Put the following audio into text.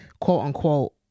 quote-unquote